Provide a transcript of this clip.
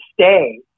stay